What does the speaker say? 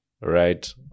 right